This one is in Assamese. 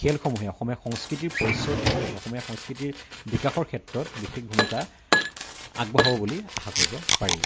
খেলসমূহে অসমীয়া সংস্কৃতিৰ পৰিচয়ৰ ক্ষেত্ৰত অসমীয়া সংস্কৃতিৰ বিকাশৰ ক্ষেত্ৰত বিশেষ ভূমিকা আগবঢ়াব বুলি আশা কৰিব পাৰি